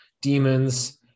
demons